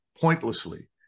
pointlessly